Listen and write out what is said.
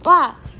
what